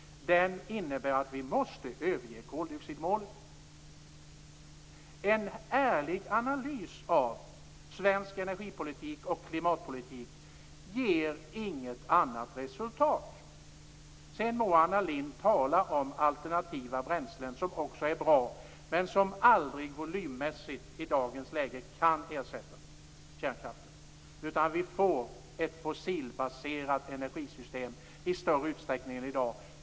Det innebär att vi måste överge koldioxidmålet. En ärlig analys av svensk energipolitik och klimatpolitik ger inget annat resultat. Sedan må Anna Lindh tala om alternativa bränslen. De är också bra men kan i dagens läge aldrig ersätta kärnkraften volymmässigt, utan vi får ett fossilbaserat energisystem i större utsträckning än i dag.